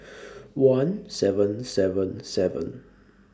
one seven seven seven